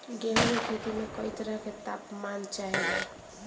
गेहू की खेती में कयी तरह के ताप मान चाहे ला